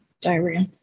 diarrhea